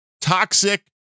toxic